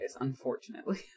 unfortunately